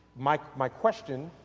my my question